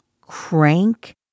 crank